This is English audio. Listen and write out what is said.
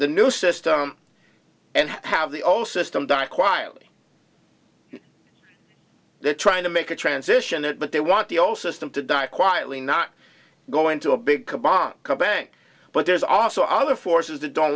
the new system and have the all system die quietly they're trying to make a transition at but they want the all system to die quietly not go into a big bomb come bank but there's also other forces that don't